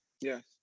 Yes